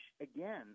again